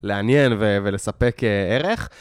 לעניין ו- ולספק ע- ערך.